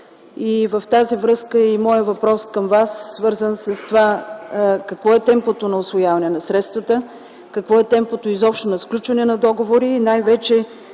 В тази връзка моят въпрос към Вас е: какво е темпото на усвояване на средствата? Какво е темпото изобщо на сключване на договори и най-вече